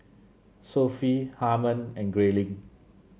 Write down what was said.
Sophie Harman and Grayling